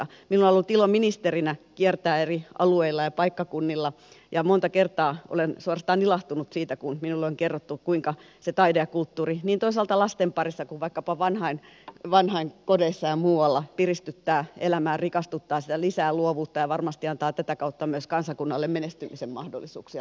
minulla on ollut ilo ministerinä kiertää eri alueilla ja paikkakunnilla ja monta kertaa olen suorastaan ilahtunut siitä kun minulle on kerrottu kuinka paljon se taide ja kulttuuri toisaalta niin lasten parissa kuin vaikkapa vanhainkodeissa ja muualla piristyttää elämää rikastuttaa sitä lisää luovuutta ja varmasti antaa tätä kautta myös kansakunnalle menestymisen mahdollisuuksia